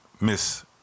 Miss